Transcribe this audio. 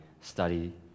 study